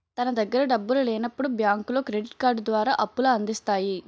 తన దగ్గర డబ్బులు లేనప్పుడు బ్యాంకులో క్రెడిట్ కార్డు ద్వారా అప్పుల అందిస్తాయి